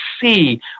see